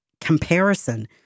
comparison